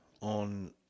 on